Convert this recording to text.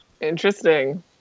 Interesting